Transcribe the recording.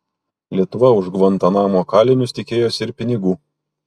lietuva už gvantanamo kalinius tikėjosi ir pinigų